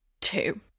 two